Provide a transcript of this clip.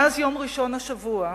מאז יום ראשון השבוע,